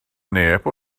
neb